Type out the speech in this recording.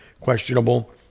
questionable